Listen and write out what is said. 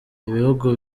ibihugu